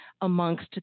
amongst